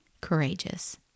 courageous